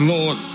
Lord